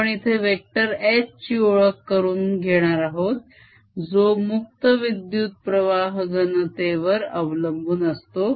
आपण इथे vector H ची ओळख करून घेणार आहोत जो मुक्त विद्युत्प्रवाह घनतेवर अवलंबून असतो